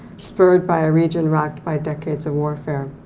spurred by a region rocked by decades of warfare.